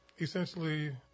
Essentially